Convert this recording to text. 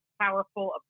powerful